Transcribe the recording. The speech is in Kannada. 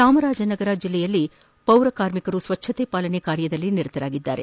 ಚಾಮರಾಜನಗರ ಬಿಲ್ಲೆಯಲ್ಲಿ ಪೌರ ಕಾರ್ಮಿಕರು ಸ್ವಚ್ಛತೆ ಪಾಲನೆ ಕಾರ್ಯದಲ್ಲಿ ನಿರತರಾಗಿದ್ದಾರೆ